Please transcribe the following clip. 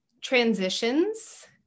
transitions